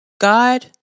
God